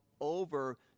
over